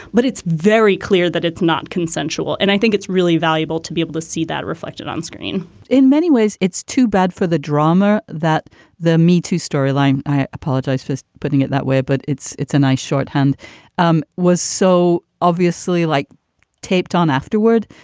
but it's very clear that it's not consensual. and i think it's really valuable to be able to see that reflected onscreen in many ways it's too bad for the drama that the metoo storyline. i apologize for putting it that way, but it's it's a nice shorthand um was so obviously like taped on afterward.